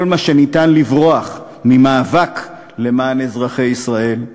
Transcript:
כל מה שאפשר לברוח ממאבק למען אזרחי ישראל,